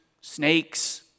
snakes